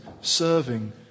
serving